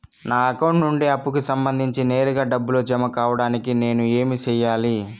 నా అకౌంట్ నుండి అప్పుకి సంబంధించి నేరుగా డబ్బులు జామ కావడానికి నేను ఏమి సెయ్యాలి?